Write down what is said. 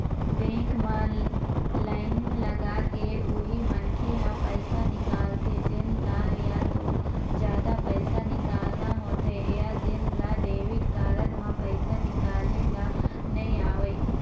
bank म line लगाके उही मनखे ह पइसा निकालथे जेन ल या तो जादा पइसा निकालना होथे या जेन ल डेबिट कारड म पइसा निकाले ल नइ आवय